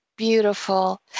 Beautiful